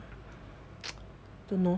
don't know